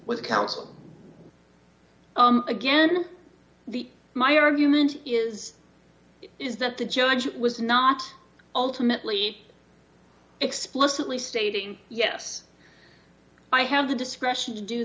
with counsel again the my argument is is that the judge was not ultimately explicitly stating yes i have the discretion to do